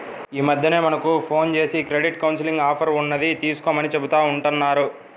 యీ మద్దెన మనకు ఫోన్ జేసి క్రెడిట్ కౌన్సిలింగ్ ఆఫర్ ఉన్నది తీసుకోమని చెబుతా ఉంటన్నారు